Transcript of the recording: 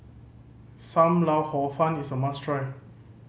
Sam Lau Hor Fun is a must try